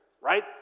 Right